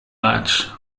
match